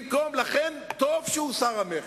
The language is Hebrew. לכן טוב שהוסר המכס,